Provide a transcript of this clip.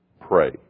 pray